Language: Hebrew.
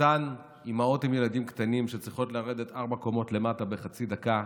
אותן אימהות עם ילדים קטנים שצריכות לרדת ארבע קומות למטה בחצי דקה,